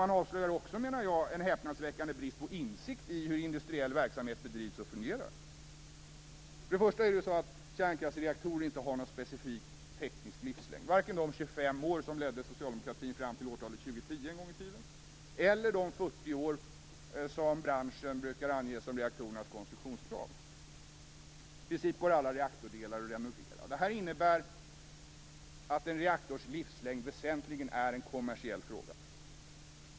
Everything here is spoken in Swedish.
Man avslöjar också en häpnadsväckande brist på insikt i hur industriell verksamhet bedrivs och fungerar. Kärnkraftsreaktorer har inte någon specifik teknisk livslängd, varken de 25 år som en gång i tiden ledde socialdemokraterna fram till årtalet 2010 eller de 40 år som branschen brukar ange som reaktorernas konstruktionskrav. I princip går alla reaktordelar att renovera. Det innebär att en reaktors livslängd väsentligen är en kommersiell fråga.